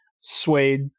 suede